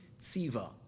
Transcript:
Tziva